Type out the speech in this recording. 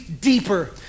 deeper